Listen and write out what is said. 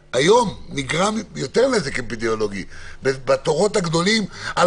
היום נגרם יותר נזק אפידמיולוגי בתורים הגדולים על